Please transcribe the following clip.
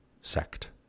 sect